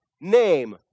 name